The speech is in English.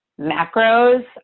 macros